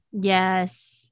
Yes